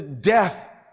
death